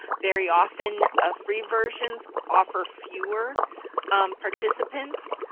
very often, ah free versions offer fewer participants.